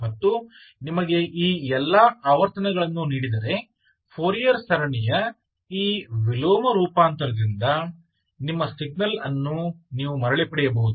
ಮತ್ತು ನಿಮಗೆ ಈ ಎಲ್ಲಾ ಆವರ್ತನಗಳನ್ನು ನೀಡಿದರೆ ಫೋರಿಯರ್ ಸರಣಿಯ ಈ ವಿಲೋಮ ರೂಪಾಂತರದಿಂದ ನಿಮ್ಮ ಸಿಗ್ನಲ್ ಅನ್ನು ನೀವು ಮರಳಿ ಪಡೆಯಬಹುದು